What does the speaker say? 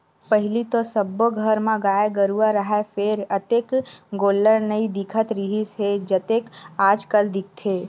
पहिली तो सब्बो घर म गाय गरूवा राहय फेर अतेक गोल्लर नइ दिखत रिहिस हे जतेक आजकल दिखथे